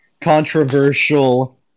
Controversial